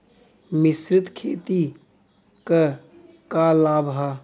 मिश्रित खेती क का लाभ ह?